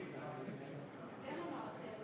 אתם אמרתם.